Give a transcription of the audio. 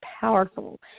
powerful